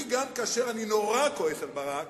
גם כשאני נורא כועס על ברק,